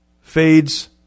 fades